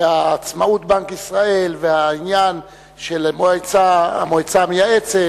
ועצמאות בנק ישראל והעניין של המועצה המייעצת